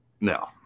No